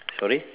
sorry